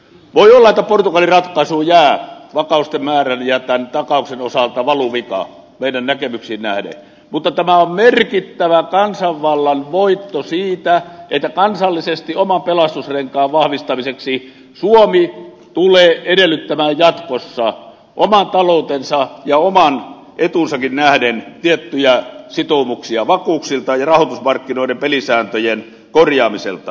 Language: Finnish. voi olla että portugali ratkaisuun jää vakuuksien määrän ja takauksen osalta valuvika meidän näkemyksiimme nähden mutta tämä on merkittävä kansanvallan voitto siinä että kansallisesti oman pelastusrenkaan vahvistamiseksi suomi tulee edellyttämään jatkossa omaan talouteensa ja omaan etuunsakin nähden tiettyjä sitoumuksia vakuuksilta ja rahoitusmarkkinoiden pelisääntöjen korjaamiselta